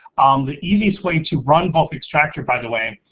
um the easiest way to run bulk extractor, by the way,